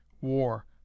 war